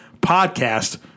Podcast